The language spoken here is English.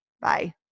Bye